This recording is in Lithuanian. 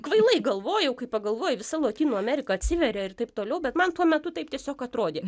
kvailai galvojau kai pagalvoji visa lotynų amerika atsiveria ir taip toliau bet man tuo metu taip tiesiog atrodė